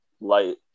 light